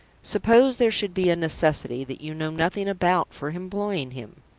suppose there should be a necessity, that you know nothing about, for employing him?